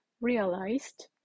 realized